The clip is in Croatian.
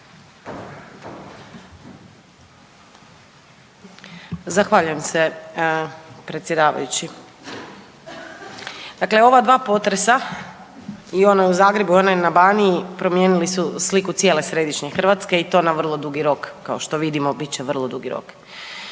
Zahvaljujem se predsjedavajući. Dakle, ova dva potresa i onaj u Zagrebu i onaj na Baniji promijenili su sliku cijele središnje Hrvatske i to na vrlo dugi rok, kao što vidimo bit će vrlo dugi rok.